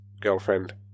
girlfriend